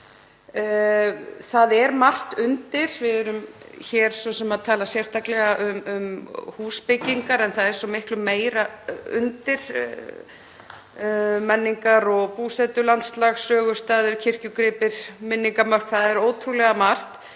Það er margt undir. Hér erum við að ræða sérstaklega um húsbyggingar en það er svo margt fleira undir; menningar- og búsetulandslag, sögustaðir, kirkjugripir, minningarmörk — það er ótrúlega margt.